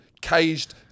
caged